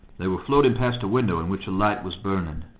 they were floating past a window in which a light was burning.